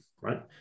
right